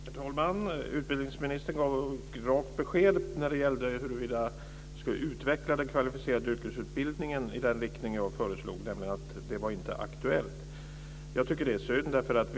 Herr talman! Utbildningsministern gav ett rakt besked när det gällde huruvida man ska utveckla den kvalificerade yrkesutbildningen i den riktning som jag föreslog, nämligen att det inte var aktuellt. Jag tycker att det är synd.